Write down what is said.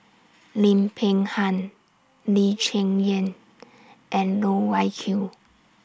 Lim Peng Han Lee Cheng Yan and Loh Wai Kiew